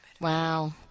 Wow